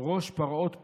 // ראש פרעות פורעים,